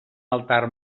altar